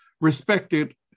respected